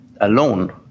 alone